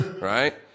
Right